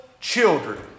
children